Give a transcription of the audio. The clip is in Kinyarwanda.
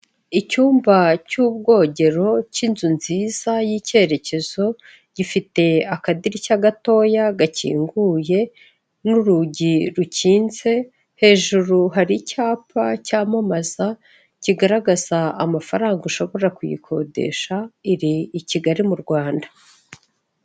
Icyumba cy'ubwogero cy'inzu nziza y'icyerekezo, gifite akadirishya gatoyo gakinguye n'urugi rukinze, hejuru hari icyapa cyamamaza kigaragaza amafaranga ushobora kuyikodesha iri i Kigali mu Rwanda.